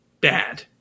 bad